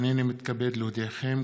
הינני מתכבד להודיעכם,